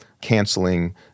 canceling